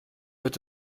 wird